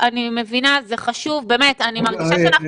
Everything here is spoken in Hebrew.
אני מבינה שזה חשוב אבל אני מרגישה שאנחנו